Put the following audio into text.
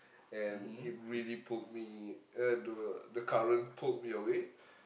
and it really pulled me uh the the current pulled me away